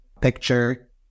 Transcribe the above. picture